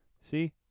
See